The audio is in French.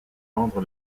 vendre